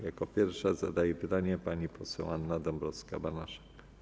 Jako pierwsza zadaje pytanie pani poseł Anna Dąbrowska-Banaszek.